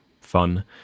fun